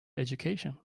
education